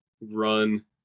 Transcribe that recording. run